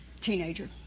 Teenager